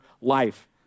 life